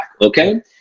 okay